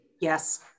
yes